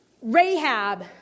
Rahab